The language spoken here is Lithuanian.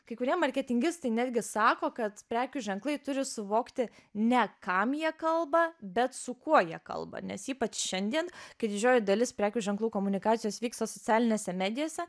kai kurie marketingistai netgi sako kad prekių ženklai turi suvokti ne kam jie kalba bet su kuo jie kalba nes ypač šiandien kai didžioji dalis prekių ženklų komunikacijos vyksta socialinėse medijose